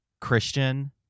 Christian